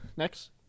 Next